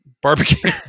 Barbecue